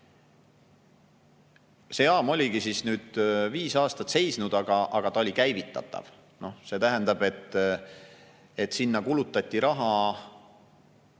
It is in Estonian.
See jaam oli viis aastat seisnud, aga ta oli käivitatav. See tähendab, et kulutati raha